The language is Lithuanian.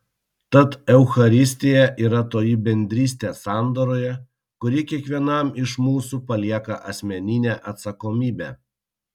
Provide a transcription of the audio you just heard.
tad eucharistija yra toji bendrystė sandoroje kuri kiekvienam iš mūsų palieka asmeninę atsakomybę